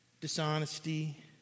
dishonesty